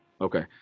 Okay